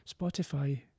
Spotify